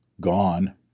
gone